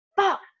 fuck